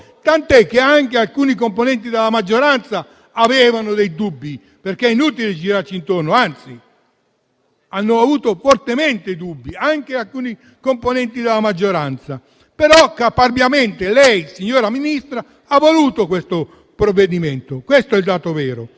tant'è che anche alcuni componenti della maggioranza avevano dei dubbi, perché è inutile girarci intorno. Hanno avuto forti dubbi anche alcuni componenti della maggioranza, però, caparbiamente lei, signora Ministra, ha voluto questo provvedimento, questo è il dato vero.